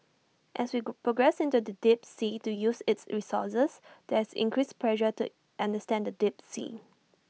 as we progress into the deep sea to use its resources there is increased pressure to understand the deep sea